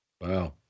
Wow